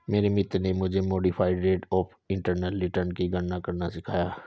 मेरे मित्र ने मुझे modified rate of internal return की गणना करना सिखाया